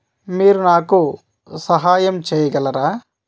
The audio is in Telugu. మీరు నాకు సహాయం చెయగలరా